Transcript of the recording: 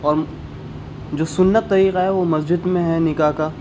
جو سنت طریقہ ہے وہ مسجد میں ہے نکاح کا